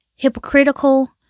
hypocritical